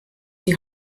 die